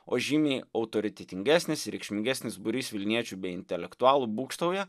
o žymiai autoritetingesnis reikšmingesnis būrys vilniečių bei intelektualų būgštauja